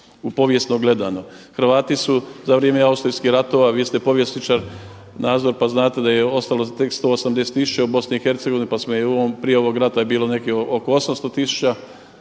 Hrvati su za vrijeme austrijskih ratova vi ste povjesničar Nazor pa znate da je ostalo tek 180 tisuća u BiH pa prije ovog rata je bilo negdje oko 800 tisuća,